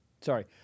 Sorry